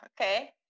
Okay